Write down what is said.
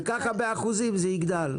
כך, באחוזים, זה יגדל.